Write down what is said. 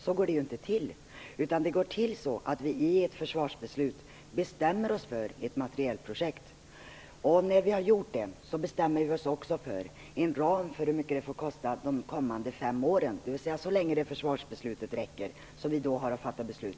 Så går det inte till. Det går till så att vi i ett försvarsbeslut bestämmer oss för ett materielprojekt. När vi har gjort det bestämmer vi oss också för en ram för hur mycket det får kosta de kommande fem åren, dvs. så länge försvarsbeslutet räcker.